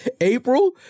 April